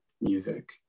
music